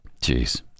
Jeez